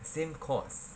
same course